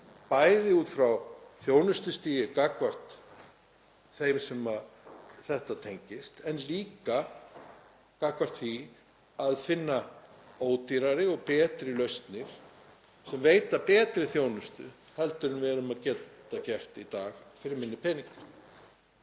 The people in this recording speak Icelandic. bæði út frá þjónustustigi gagnvart þeim sem þetta tengist en líka hvað það varðar að finna ódýrari og betri lausnir sem veita betri þjónustu en við getum veitt í dag fyrir minni pening.